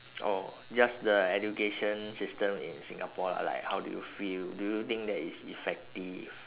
oh just the education system in singapore lah like how do you feel do you think that it's effective